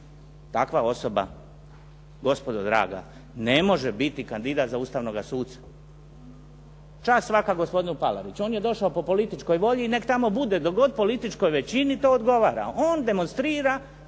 Takva osoba gospodo draga ne može biti kandidat za ustavnoga suca. Čast svaka gospodinu Palariću. On je došao po političkoj volji i nek' tamo bude dok god političkoj većini to odgovara. On demonstrira